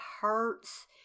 hurts